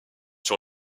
sur